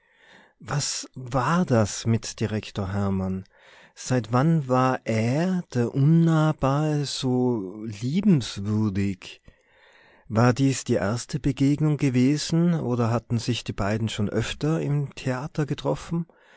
was war das mit direktor hermann seit wann war er der unnahbare so liebenswürdig war dies die erste begegnung gewesen oder hatten sich die beiden schon öfter im theater getroffen